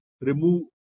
remove